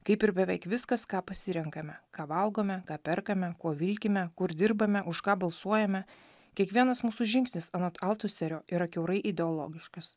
kaip ir beveik viskas ką pasirenkame ką valgome ką perkame kuo vilkime kur dirbame už ką balsuojame kiekvienas mūsų žingsnis anot altuserio yra kiaurai ideologiškas